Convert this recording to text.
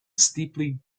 steeply